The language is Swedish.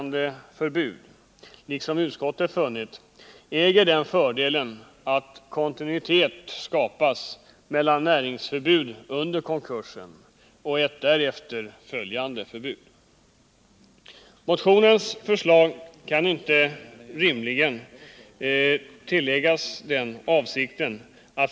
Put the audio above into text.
Förbudet skall emellertid vara tidsbegränsat. Maximitiden är enligt förslaget fem år med viss möjlighet till förlängning.